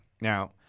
Now –